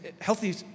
healthy